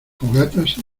fogatas